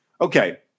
Okay